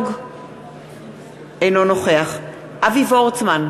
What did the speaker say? אינו נוכח אבי וורצמן,